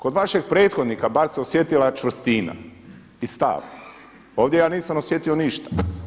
Kod vašeg prethodnika bar se osjetila čvrstina i stav, ovdje ja nisam osjetio ništa.